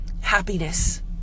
happiness